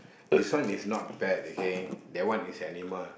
this one is not pet okay that one is animal